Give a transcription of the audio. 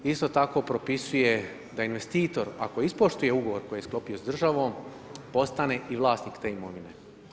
Isto tako propisuje da investor ako ispoštuje ugovor koji je sklopio s državom, postane i vlasnik te imovine.